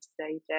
today